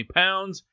pounds